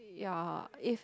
ya if